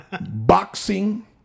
boxing